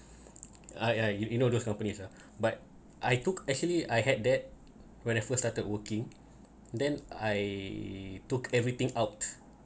I I you know those companies ah but I took actually I had that when I first started working then I took everything out